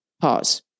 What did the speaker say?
Pause